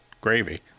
gravy